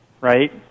right